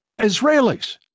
Israelis